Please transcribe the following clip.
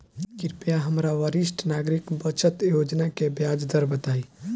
कृपया हमरा वरिष्ठ नागरिक बचत योजना के ब्याज दर बताई